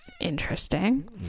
Interesting